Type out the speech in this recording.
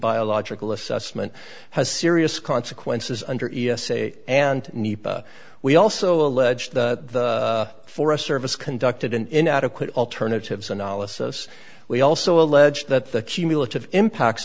biological assessment has serious consequences under say and we also allege the forest service conducted an inadequate alternatives analysis we also allege that the cumulative impacts